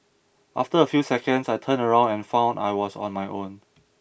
after a few seconds I turned around and found I was on my own